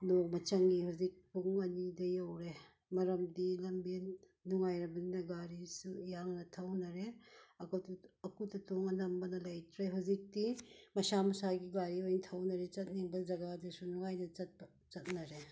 ꯅꯣꯡꯃ ꯆꯪꯉꯤ ꯍꯧꯖꯤꯛ ꯄꯨꯡ ꯑꯅꯤꯗ ꯌꯧꯔꯦ ꯃꯔꯝꯗꯤ ꯂꯝꯕꯤ ꯅꯨꯡꯉꯥꯏꯔꯕꯅꯤꯅ ꯒꯔꯤꯁꯨ ꯌꯥꯡꯅ ꯊꯧꯅꯔꯦ ꯑꯀꯨꯠ ꯑꯇꯣꯡ ꯑꯅꯝꯕꯅ ꯂꯩꯇ꯭ꯔꯦ ꯍꯧꯖꯤꯛꯇꯤ ꯃꯁꯥ ꯃꯁꯥꯒꯤ ꯒꯥꯔꯤ ꯑꯣꯏ ꯊꯧꯅꯔꯦ ꯆꯠꯅꯤꯡꯕ ꯖꯥꯒꯗꯁꯨ ꯅꯨꯡꯉꯥꯏꯅ ꯆꯠꯄ ꯆꯠꯅꯔꯦ